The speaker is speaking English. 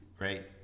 right